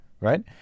right